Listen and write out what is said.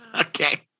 Okay